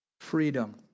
Freedom